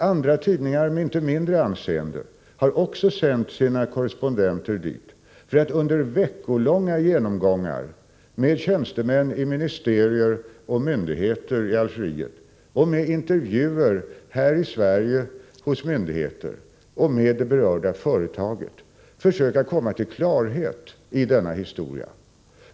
Andra tidningar, med inte mindre anseende, har också sänt sina korrespondenter dit för att under veckolånga genomgångar med tjänstemän i ministerier och myndigheter i Algeriet och genom intervjuer här i Sverige hos myndigheter och med det berörda företaget försöka komma till klarhet i denna historia.